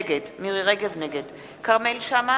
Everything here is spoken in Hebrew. נגד כרמל שאמה,